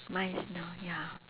mine is not ya